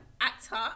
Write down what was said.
actor